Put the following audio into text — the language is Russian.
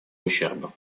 ущерба